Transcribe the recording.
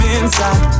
inside